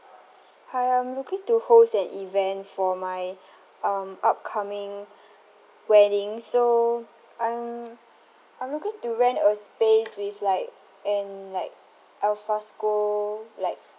hi I'm looking to host an event for my um upcoming wedding so I'm I'm looking to rent a space with like and like al fresco like